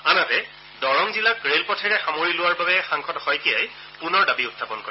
আনহাতে দৰং জিলাক ৰেল পথেৰে সামৰি লোৱাৰ বাবে সাংসদ শইকীয়াই পুনৰ দাবী উখাপন কৰে